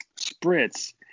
Spritz